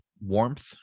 warmth